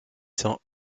cents